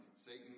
Satan